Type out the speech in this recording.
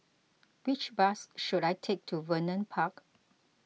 which bus should I take to Vernon Park